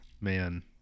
man